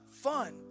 fun